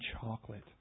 chocolate